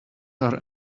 are